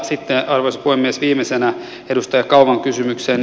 sitten arvoisa puhemies viimeisenä edustaja kauman kysymykseen